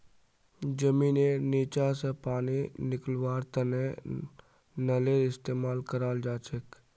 जमींनेर नीचा स पानी निकलव्वार तने नलेर इस्तेमाल कराल जाछेक